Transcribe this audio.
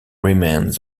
remained